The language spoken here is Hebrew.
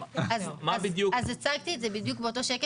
מה בדיוק --- אז הצגתי א זה בדיוק בשקף